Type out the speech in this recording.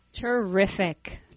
Terrific